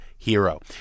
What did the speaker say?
hero